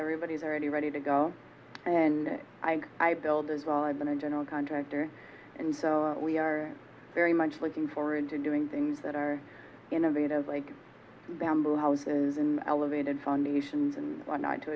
everybody's already ready to go and i build as i've been a general contractor and we are very much looking forward to doing things that are innovative like bamboo houses in elevated foundations and what not to